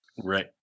Right